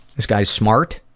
this guy is smart